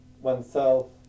oneself